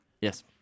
Yes